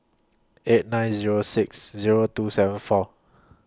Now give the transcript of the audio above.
eight nine Zero six Zero two seven four